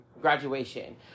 graduation